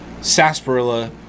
sarsaparilla